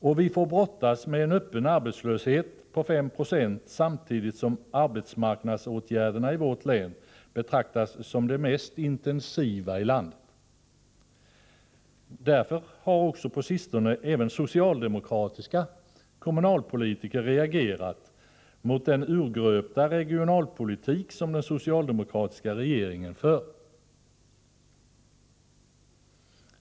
Och vi får brottas med en öppen arbetslöshet på 5 20, samtidigt som arbetsmarknadsåtgärderna i vårt län betraktas som de mest intensiva i landet. Därför har på sistone även socialdemokratiska kommunalpolitiker reagerat mot den urgröpta regionalpolitik som den socialdemokratiska regeringen för.